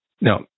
Now